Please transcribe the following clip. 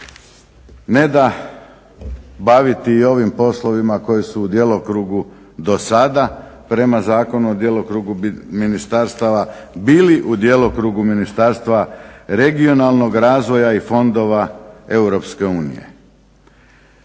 ne da baviti ovim poslovima koji su u djelokrugu do sada prema Zakonu o djelokrugu ministarstava bili u djelokrugu Ministarstva regionalnog razvoja i fondova EU. Onda